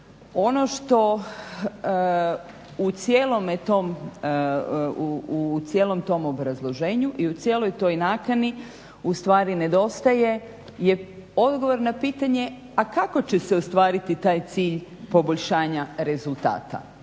tom, u cijelom tom obrazloženju i u cijeloj toj nakani ustvari nedostaje je odgovor na pitanje a kako će se ostvariti taj cilj poboljšanja rezultata